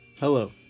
Hello